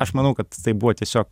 aš manau kad tai buvo tiesiog